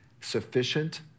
sufficient